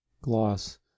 Gloss